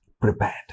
prepared